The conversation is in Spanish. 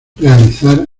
realizar